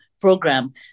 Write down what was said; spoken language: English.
program